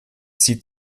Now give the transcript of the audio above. sie